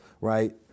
right